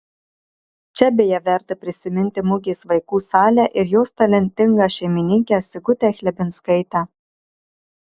čia beje verta prisiminti mugės vaikų salę ir jos talentingą šeimininkę sigutę chlebinskaitę